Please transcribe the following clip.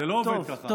זה לא עובד ככה.